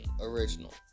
original